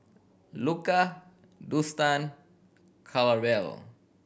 Luka Dustan Clarabelle